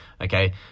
okay